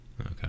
Okay